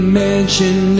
mention